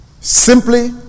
Simply